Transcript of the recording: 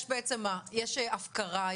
יש הפקרה?